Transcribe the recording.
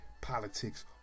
politics